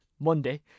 Monday